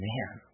Man